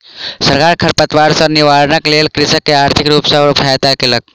सरकार खरपात सॅ निवारणक लेल कृषक के आर्थिक रूप सॅ सहायता केलक